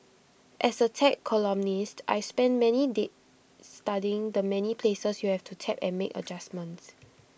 as A tech columnist I've spent many days studying the many places you have to tap and make adjustments